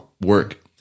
work